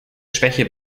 schwäche